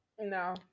No